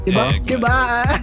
Goodbye